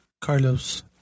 Carlos